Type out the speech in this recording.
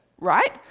right